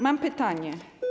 Mam pytanie.